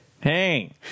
Hey